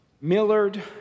Millard